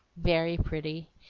very pretty!